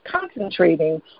concentrating